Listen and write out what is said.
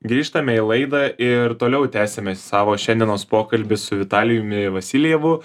grįžtame į laidą ir toliau tęsiame savo šiandienos pokalbį su vitalijumi vasiljevu